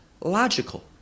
logical